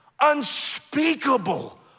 unspeakable